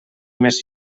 més